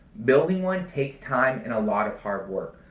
building one takes time and a lot of hard-work.